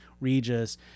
Regis